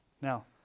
Now